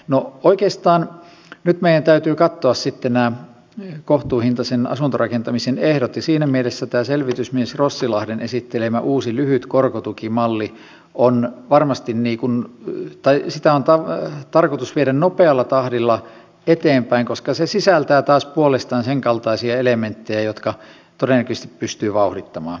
no oikeastaan nyt meidän täytyy katsoa sitten nämä kohtuuhintaisen asuntorakentamisen ehdot ja siinä mielessä tätä selvitysmies rossilahden esittelemää uutta lyhyttä korkotukimallia on tarkoitus viedä nopealla tahdilla eteenpäin koska se sisältää taas puolestaan senkaltaisia elementtejä jotka todennäköisesti pystyvät vauhdittamaan tätä tuotantoa